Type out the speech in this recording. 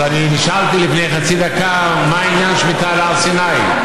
אז נשאלתי לפני כחצי דקה מה עניין שמיטה להר סיני.